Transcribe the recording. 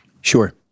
Sure